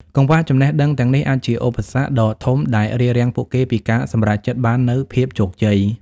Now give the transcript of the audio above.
កង្វះចំណេះដឹងទាំងនេះអាចជាឧបសគ្គដ៏ធំដែលរារាំងពួកគេពីការសម្រេចបាននូវភាពជោគជ័យ។